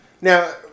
Now